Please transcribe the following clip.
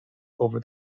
over